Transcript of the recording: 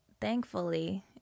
thankfully